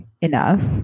enough